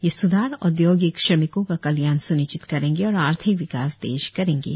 ये सुधार औद्योगिक श्रमिकों का कल्याण स्निश्चित करेंगे और आर्थिक विकास तेज करेंगे